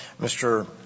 Mr